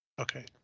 Okay